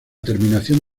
terminación